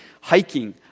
hiking